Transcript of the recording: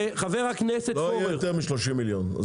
כשחבר הכנסת פורר --- לא יהיה יותר מ-30 מיליון.